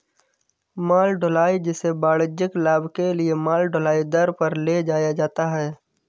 माल ढुलाई, जिसे वाणिज्यिक लाभ के लिए माल ढुलाई दर पर ले जाया जाता है